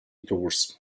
tours